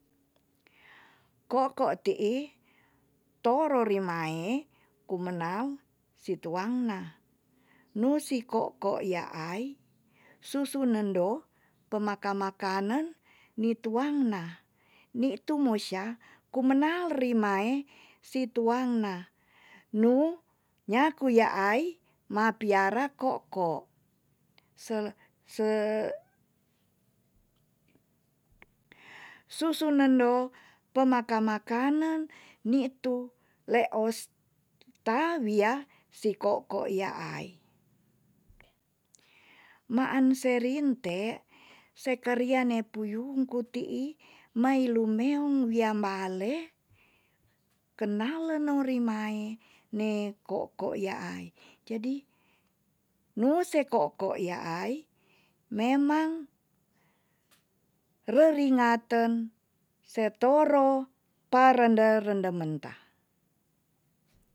ko'ko ti'i toro rimae kumenang si tuang na. nusi ko'ko yaai susu nendo pemakamakanen nitu tuang na. ni tu mo sya kumenal reimae si tuang na. nu nyaku yaai mapiara ko'ko sele se susu nendo pemakamakanen nitu leos ta, wia si ko'ko yaai. maan se rinte sekeria ne puyungku ti'i mae lumeong wiambale kenal lenorimae ne ko'ko yaai. jadi nu si ko'ko yaai memang reringaten setoro parende rendementa.